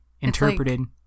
interpreted